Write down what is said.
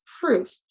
proof